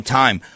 time